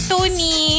Tony